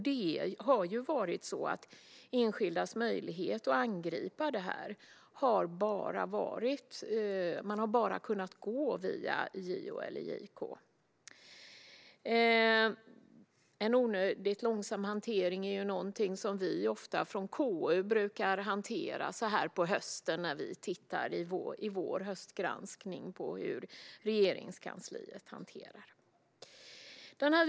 Det har varit så att enskilda bara har kunnat gå via JO eller JK. Onödigt långsam hantering är något som vi från KU ofta brukar behandla i vår höstgranskning av Regeringskansliets hantering.